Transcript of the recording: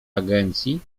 agencji